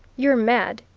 you're mad!